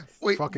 Wait